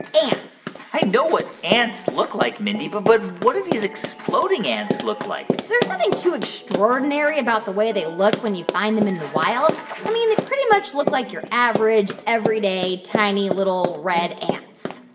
ants i know what ants look like, mindy. but but what do these exploding ants look like? there's nothing too extraordinary about the way they look when you find them in the wild. i mean, they pretty much look like your average, everyday, tiny, little, red ants